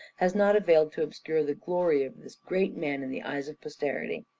has not availed to obscure the glory of this great man in the eyes of posterity.